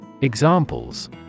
Examples